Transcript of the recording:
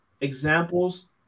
examples